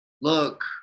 look